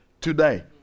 today